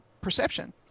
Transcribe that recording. perception